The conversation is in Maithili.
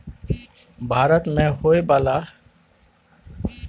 भारत मे होइ बाला खेती में बेसी मिश्रित तरीका देखे के मिलइ छै